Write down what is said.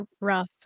rough